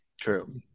True